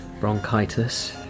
bronchitis